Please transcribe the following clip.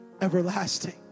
everlasting